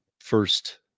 first